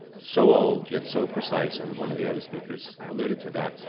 so old yet so precise, and one of the other speakers alluded to that,